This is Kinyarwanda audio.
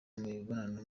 mibonano